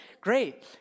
great